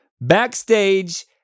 backstage